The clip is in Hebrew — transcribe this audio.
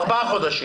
בסדר, ארבעה חודשים.